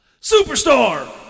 Superstar